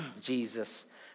Jesus